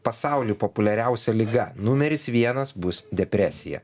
pasauly populiariausia liga numeris vienas bus depresija